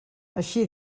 així